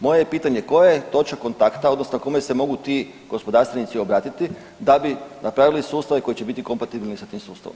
Moje je pitanje koja je točka kontakta odnosno kome se mogu ti gospodarstvenici obratiti da bi napravili sustave koji će biti kompatibilni sa tim sustavom?